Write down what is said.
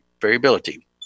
variability